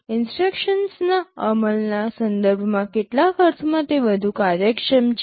ઇન્સટ્રક્શન્સના અમલના સંદર્ભમાં કેટલાક અર્થમાં તે વધુ કાર્યક્ષમ છે